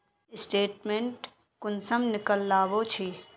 Statement कुंसम निकलाबो छी?